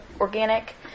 organic